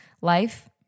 life